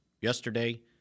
yesterday